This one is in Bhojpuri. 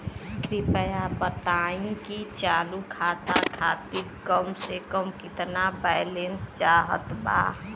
कृपया बताई कि चालू खाता खातिर कम से कम केतना बैलैंस चाहत बा